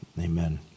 amen